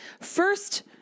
First